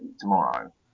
tomorrow